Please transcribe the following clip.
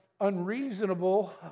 unreasonable